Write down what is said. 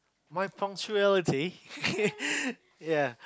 my punctuality ya